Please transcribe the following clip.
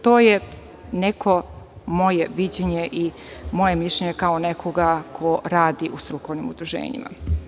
To je neko moje viđenje i moje mišljenje kao nekoga ko radi u strukovnim udruženjima.